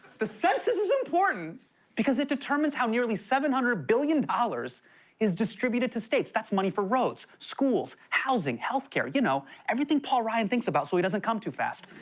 the census is important because it determines how nearly seven hundred billion dollars is distributed to states. that's money for roads, schools, housing, health care. you know, everything paul ryan thinks about so he doesn't come too fast.